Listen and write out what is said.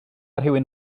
rhywun